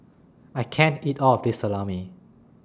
I can't eat All of This Salami